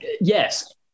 yes